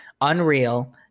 Unreal